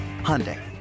Hyundai